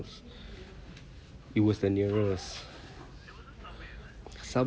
it was the nearest sub~